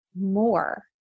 more